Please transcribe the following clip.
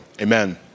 Amen